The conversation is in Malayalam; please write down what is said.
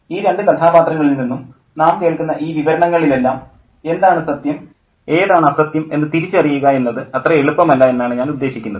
ഈ രണ്ട് കഥാപാത്രങ്ങളിൽ നിന്നും നാം കേൾക്കുന്ന ഈ വിവരണങ്ങളിലെല്ലാം എന്താണ് സത്യം ഏതാണ് അസത്യം എന്ന് തിരിച്ചറിയുക എന്നത് അത്ര എളുപ്പമല്ല എന്നാണ് ഞാൻ ഉദ്ദേശിക്കുന്നത്